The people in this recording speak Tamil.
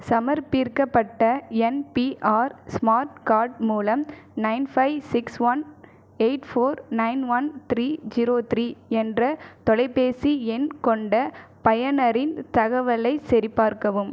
சமர்ப்பிக்கப்பட்ட என்பிஆர் ஸ்மார்ட் கார்டு மூலம் nine five six one eight four nine one three zero three என்ற தொலைபேசி எண் கொண்ட பயனரின் தகவலைச் சரிபார்க்கவும்